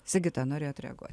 sigita norėjot reaguot